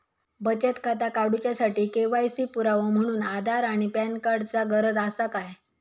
बचत खाता काडुच्या साठी के.वाय.सी पुरावो म्हणून आधार आणि पॅन कार्ड चा गरज आसा काय?